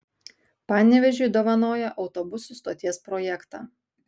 panevėžiui dovanoja autobusų stoties projektą